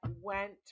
went